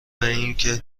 اینکه